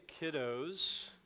Kiddos